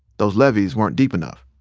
those levees weren't deep enough.